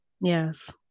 yes